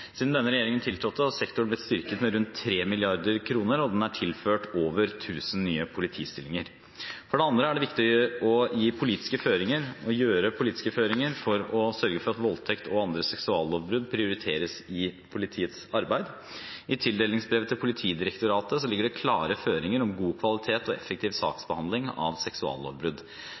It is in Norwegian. Siden denne regjeringen tiltrådte, har sektoren blitt styrket med rundt 3 mrd. kr, og den er tilført over 1 000 nye politistillinger. For det andre er det viktig å gi politiske føringer for å sørge for at voldtekt og andre seksuallovbrudd prioriteres i politiets arbeid. I tildelingsbrevet til Politidirektoratet ligger det klare føringer om god kvalitet og effektiv saksbehandling av seksuallovbrudd.